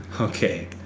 Okay